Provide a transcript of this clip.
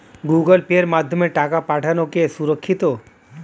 Google পের মাধ্যমে টাকা পাঠানোকে সুরক্ষিত?